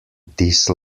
this